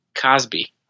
Cosby